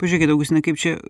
pažiūrėkit augustinai kaip čia